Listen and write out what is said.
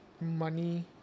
money